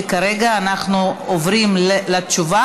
וכרגע אנחנו עוברים לתשובה